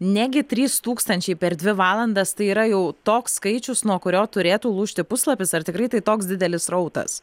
netgi trys tūkstančiai per dvi valandas tai yra jau toks skaičius nuo kurio turėtų lūžti puslapis ar tikrai tai toks didelis srautas